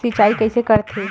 सिंचाई कइसे करथे?